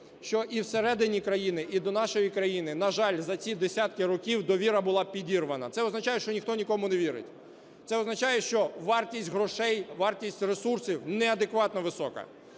що і всередині країни, і до нашої країни, на жаль, за ці десятки років довіра була підірвана. Це означає, що ніхто нікому не вірить, це означає, що вартість грошей, вартість ресурсів неадекватно висока.